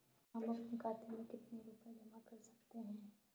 हम अपने खाते में कितनी रूपए जमा कर सकते हैं?